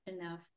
enough